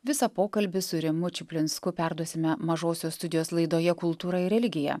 visą pokalbį su rimu čuplinsku perduosime mažosios studijos laidoje kultūra ir religija